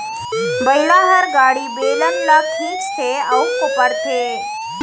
बइला हर गाड़ी, बेलन ल खींचथे अउ कोपरथे